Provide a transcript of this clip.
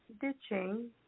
ditching